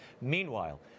Meanwhile